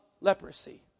leprosy